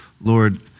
Lord